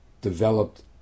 developed